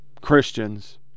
Christians